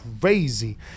crazy